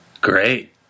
Great